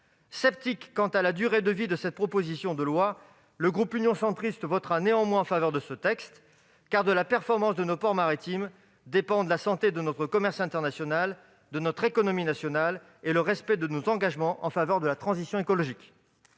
Sceptique quant à la durée de vie de cette proposition de loi, le groupe Union Centriste votera néanmoins en faveur de ce texte, car de la performance de nos ports maritimes dépendent la santé de notre commerce international et de notre économie et le respect de nos engagements en faveur de la transition écologique.